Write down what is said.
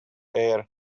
air